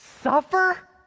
suffer